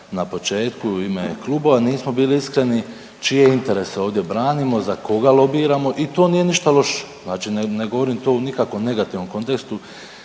na početku u ime klubova nismo bili iskreni čije interese ovdje branimo, za koga lobiramo i to nije ništa loše. Znači ne govorim to u nikakvom negativnom kontekstu